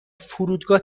فرودگاه